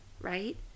right